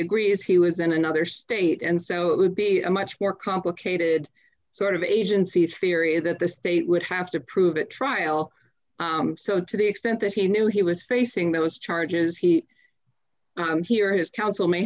agrees he was in another state and so it would be a much more complicated sort of agency theory that the state would have to prove it trial so to the extent that he knew he was facing those charges he would hear his counsel may